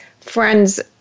friends